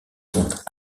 sont